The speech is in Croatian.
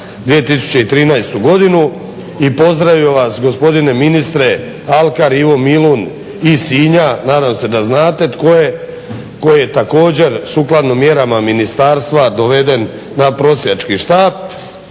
2013. godinu. I pozdravio vas gospodine ministre alkar Ivo Milun iz Sinja, nadam se da znate tko je, koji je također sukladno mjerama ministarstva doveden na prosjački štap